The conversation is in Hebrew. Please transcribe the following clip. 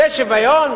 זה שוויון?